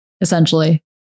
essentially